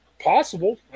possible